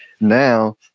now